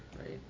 Right